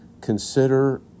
Consider